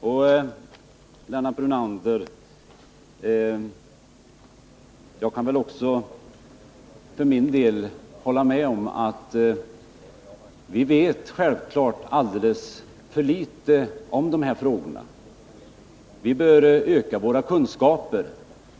Till Lennart Brunander vill jag också säga att jag för min del håller med om att vi självfallet vet alldeles för litet om dessa frågor. Vi bör öka våra kunskaper.